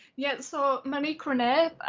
yeah so, monique renee.